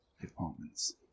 departments